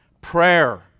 Prayer